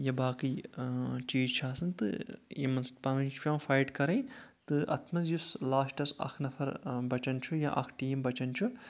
یہِ باقٕے چیٖز چھِ آسان تہٕ یِمَن سۭتۍ پَانہٕ ؤنۍ چھِ پؠوان فایِٹ کَرٕنۍ تہٕ اَتھ منٛز یُس لاسٹَس اکھ نَفر بَچان چھُ یا اَکھ ٹیٖم بَچان چھُ